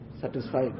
satisfied